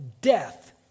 death